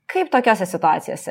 kaip tokiose situacijose